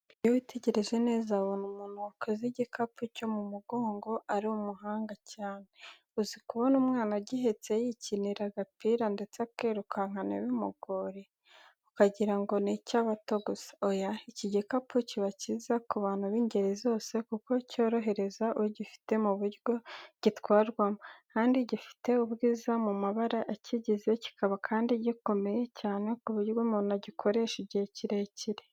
Iyo witegereje neza, ubona umuntu wakoze igikapu cyo mu mugongo ari umuhanga cyane. Uzi kubona umwana agihetse yikinira, agapira ndetse akirukanka ntibimugore? Ukagira ngo ni icy’abato gusa? Oya, iki gikapu kiba cyiza ku bantu b’ingeri zose kuko cyorohereza ugifite mu buryo gitwarwamo. Kandi gifite ubwiza mu mabara akigize, kikaba kandi gikomeye cyane ku buryo umuntu agikoresha igihe kirekire.